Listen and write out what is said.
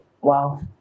wow